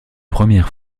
première